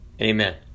amen